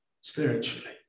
spiritually